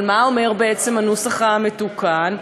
אבל מה אומר בעצם הנוסח המתוקן?